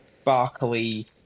sparkly